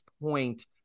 point